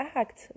act